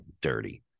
dirty